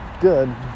good